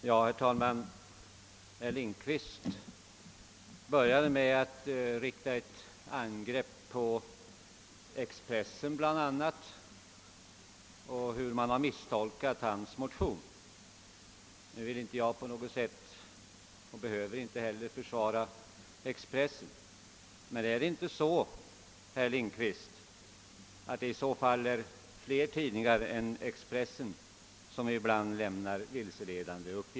Herr talman! Herr Lindkvist började med att rikta ett angrepp mot bl.a. Expressen och talade om hur man har misstolkat hans motion. Nu varken vill eller behöver jag försvara Expressen. Men är det inte flera tidningar än Expressen, herr Lindkvist, som ibland lämnar vilseledande uppgifter?